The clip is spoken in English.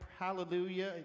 Hallelujah